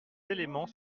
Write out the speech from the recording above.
éléments